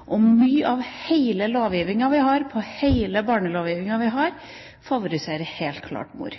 rettigheter. Mye av den lovgivninga vi har, den barnelovgivninga vi har, favoriserer helt klart mor.